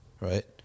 right